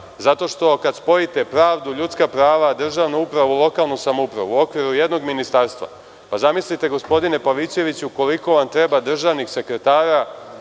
kada spojite pravdu, ljudska prava, državnu upravu i lokalnu samoupravu u okviru jednog ministarstva. Zamislite gospodine Pavićeviću, koliko državnih sekretara